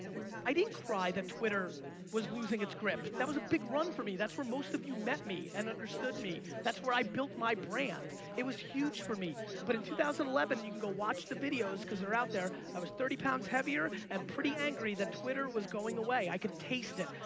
i didn't cry that twitter was losing its grip. that was a big run for me. that's where most of you met me and understood me. that's where i built my brand. it was huge for me but in two thousand and eleven and you can go watch the videos cause they're out, there i was thirty pounds heavier and pretty angry that twitter was going away. i could taste it.